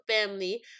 family